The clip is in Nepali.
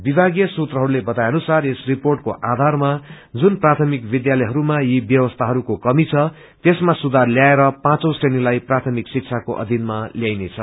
विभागीय सूत्रहरूले बताए अनुसार यस रिर्पोट आयरमा जुन प्रायमिक विष्यालयहरूको यी व्यवस्थाहरूको कमी छ त्यसमा सुधार ल्याएर पाँचो श्रेणीलाई प्रायमिक शिक्षको अधिनामा ल्याइनेछ